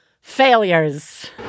Failures